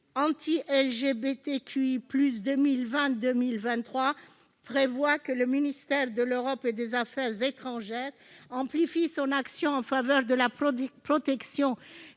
anti-LGBT+ 2020-2023 prévoit que le ministère de l'Europe et des affaires étrangères amplifie son action en faveur de la protection